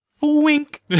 Wink